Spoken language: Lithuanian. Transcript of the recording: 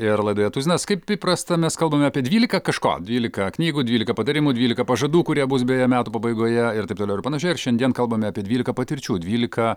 ir laidoje tuzinas kaip įprasta mes kalbame apie dvylika kažko dvylika knygų dvylika patarimų dvylika pažadų kurie bus beje metų pabaigoje ir taip toliau ir panašiai ir šiandien kalbame apie dvylika patirčių dvylika